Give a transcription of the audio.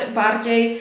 bardziej